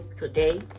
today